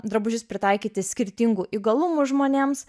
drabužius pritaikyti skirtingų įgalumų žmonėms